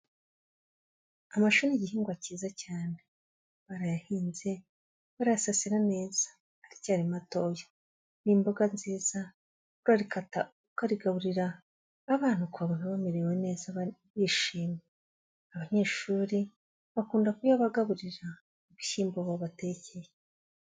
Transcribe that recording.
Amashu ni igihingwa cyiza cyane barayahinze barayasasira neza, aracyari matoya, n'imboga nziza, urarikata ukarigaburira abana ukabona bamerewe neza bishimye, abanyeshuri bakunda kuyabagaburira mu bishyimbo babatekeye.